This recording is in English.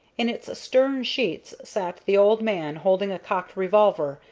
in its stern-sheets sat the old man holding a cocked revolver,